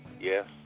Yes